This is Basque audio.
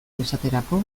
esaterako